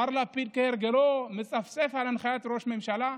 מר לפיד, כהרגלו, מצפצף על הנחיית ראש הממשלה.